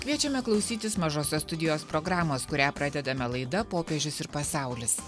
kviečiame klausytis mažosios studijos programos kurią pradedame laida popiežius ir pasaulis